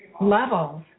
levels